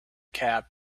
cab